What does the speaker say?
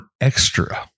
extra